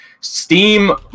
Steam